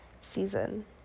season